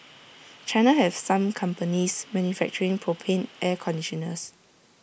China has some companies manufacturing propane air conditioners